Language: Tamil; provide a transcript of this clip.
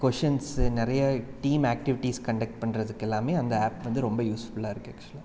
கோஷின்ஸு நிறைய டீம் அக்டிவிட்டிஸ் கண்டெக்ட் பண்ணுறதுக்கு எல்லாமே அந்த ஆப் வந்து ரொம்ப யூஸ்ஃபுல்லாயிருக்கு அக்சுவலாக